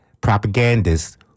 propagandists